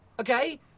okay